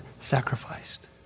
sacrificed